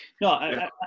No